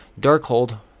Darkhold